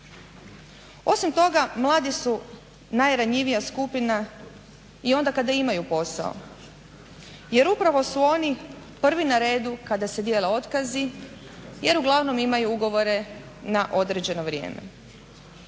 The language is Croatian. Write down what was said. Osim toga mladi su najranjivija skupina i onda kada imaju posao jer upravo su oni prvi na redu kada se dijele otkazi jer uglavnom imaju ugovore na određeno vrijeme.